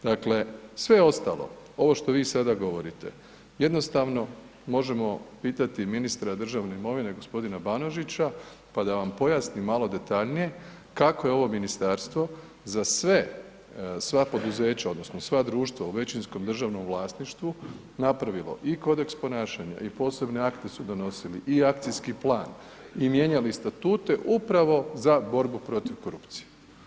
Dakle sve ostalo ovo što vi sada govorite, jednostavno možemo pitati ministra državne imovine, g. Banožića pa da vam pojasni malo detaljnije kako je ovo ministarstvo za sva poduzeća odnosno sva društva u većinskom državnom vlasništvu napravilo i kodeks ponašanja i posebne akte su donosili i akcijski plan i mijenjali statute upravo za borbu protiv korupcije.